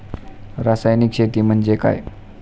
रासायनिक शेती म्हणजे काय?